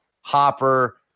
Hopper